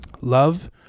Love